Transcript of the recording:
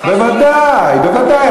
בוודאי, בוודאי.